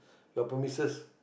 your premises